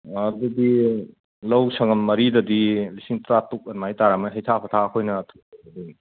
ꯑꯗꯨꯗꯤ ꯂꯧ ꯁꯉꯝ ꯃꯔꯤꯗꯗꯤ ꯂꯤꯁꯤꯡ ꯇꯔꯥꯇꯔꯨꯛ ꯑꯗꯨꯃꯥꯏ ꯇꯥꯔꯝꯃꯅꯤ ꯍꯩꯊꯥ ꯄꯣꯊꯥ ꯑꯩꯈꯣꯏꯅ